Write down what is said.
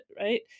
right